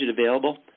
available